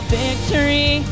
victory